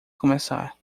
começar